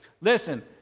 listen